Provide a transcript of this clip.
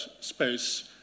space